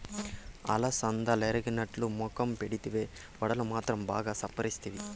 అలసందలెరగనట్టు మొఖం పెడితివే, వడలు మాత్రం బాగా చప్పరిస్తివి